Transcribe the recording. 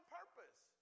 purpose